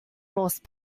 horse